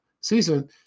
season